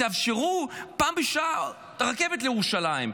תאפשרו פעם בשעה רכבת לירושלים,